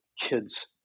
kids